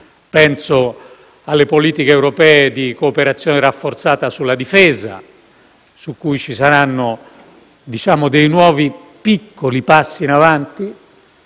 penso alle politiche europee di cooperazione rafforzata sulla difesa, su cui ci saranno dei nuovi piccoli passi in avanti;